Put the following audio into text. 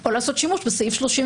או לעשות שימוש בסעיף 34,